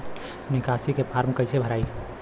निकासी के फार्म कईसे भराई?